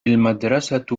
المدرسة